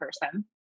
person